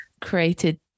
created